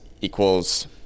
equals